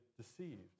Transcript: deceived